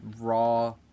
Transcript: raw